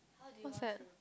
what's that